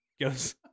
goes